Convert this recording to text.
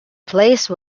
place